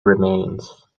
remains